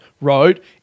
wrote